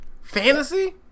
Fantasy